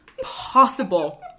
possible